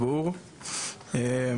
כי הם יקבלו יותר שם.